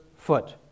foot